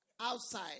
outside